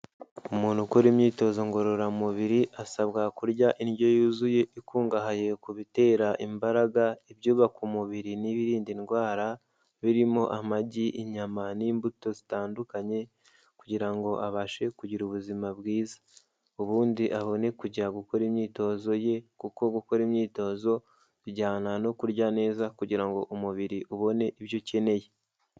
Umuntu ukora imyitozo ngororamubiri, asabwa kurya indyo yuzuye, ikungahaye ku bitera imbaraga, ibyubaka umubiri n'ibiririnda indwara, birimo amagi inyama n'imbuto zitandukanye, kugira ngo abashe kugira ubuzima bwiza. Ubundi abone kujya gukora imyitozo ye, kuko gukora imyitozo, bijyana no kurya neza, kugira ngo umubiri ubone ibyo ukeneye.